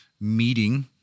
meeting